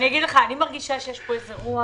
למה נושבת רוח